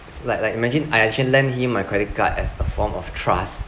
like like imagine I actually lend him my credit card as a form of trust